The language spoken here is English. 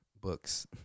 books